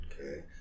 Okay